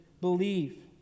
believe